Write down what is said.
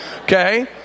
okay